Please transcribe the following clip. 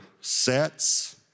sets